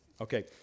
Okay